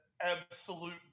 absolute